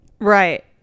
Right